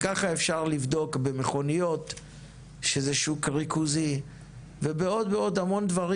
וככה אפשר לבדוק במכוניות שזה שוק ריכוזי ובעוד המון דברים.